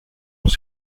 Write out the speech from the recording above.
els